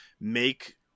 make